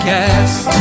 Cast